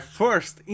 first